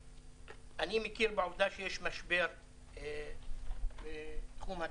אני מכיר בעובדה שיש משבר בתחום התעופה,